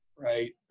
right